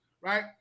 right